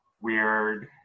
weird